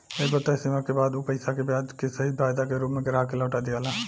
एगो तय समय के बाद उ पईसा के ब्याज के सहित फायदा के रूप में ग्राहक के लौटा दियाला